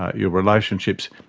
your relationships,